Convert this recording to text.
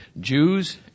Jews